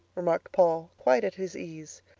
remarked paul, quite at his ease.